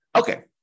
Okay